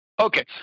Okay